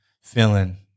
feeling